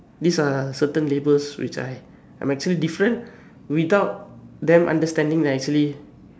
these are certain labels which I I'm actually different without them understanding that actually